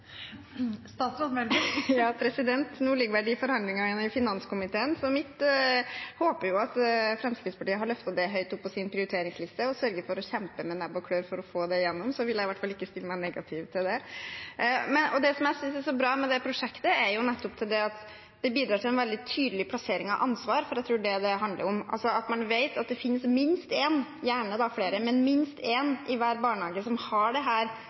Nå ligger vel de forhandlingene i finanskomiteen, så mitt håp er jo at Fremskrittspartiet har løftet det høyt opp på sin prioriteringsliste og sørger for å kjempe med nebb og klør for å få det gjennom, så vil jeg i hvert fall ikke stille meg negativ til det. Det som jeg synes er så bra med det prosjektet, er at det bidrar til en veldig tydelig plassering av ansvar. Jeg tror det er det det handler om, at man vet at det finnes minst én – gjerne da flere, men minst én – i hver barnehage som har dette som sin oppgave, som kan sette seg inn i det,